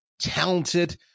talented